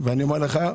אני אומר לך,